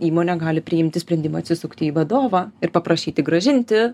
įmonė gali priimti sprendimą atsisukti į vadovą ir paprašyti grąžinti